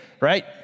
right